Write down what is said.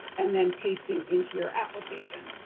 and then pasting into your application.